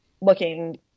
looking